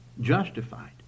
justified